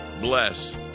bless